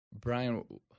Brian